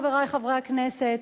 חברי חברי הכנסת,